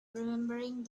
remembering